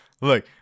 look